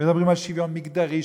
מדברים על שוויון מגדרי,